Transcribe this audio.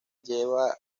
lleva